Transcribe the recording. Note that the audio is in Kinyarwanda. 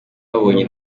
babonye